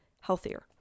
healthier